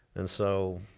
and so,